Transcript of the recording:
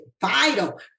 vital